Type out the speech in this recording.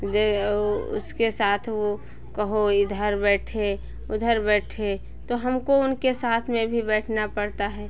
जे वो उसके साथ वो कहो इधर बैठे उधर बैठे तो हमको उनके साथ में भी बैठना पड़ता है